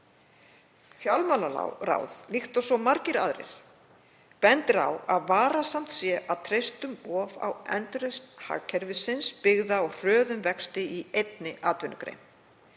Fjármálaráð, líkt og svo margir aðrir, bendir á að varasamt sé að treysta um of á endurreisn hagkerfisins byggða á hröðum vexti í einni atvinnugrein.